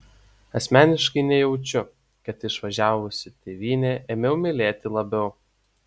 asmeniškai nejaučiu kad išvažiavusi tėvynę ėmiau mylėti labiau